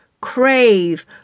crave